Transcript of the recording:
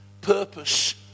purpose